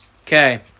Okay